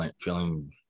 feeling